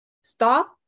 Stop